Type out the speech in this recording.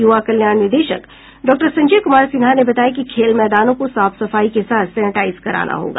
युवा कल्याण निदेशक डॉक्टर संजय कुमार सिन्हा ने बताया कि खेल मैदानों को साफ सफाई के साथ सेनेटाईज कराना होगा